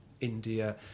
India